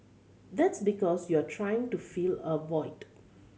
that's because you're trying to fill a void